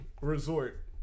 resort